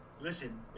Listen